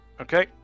Okay